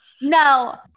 no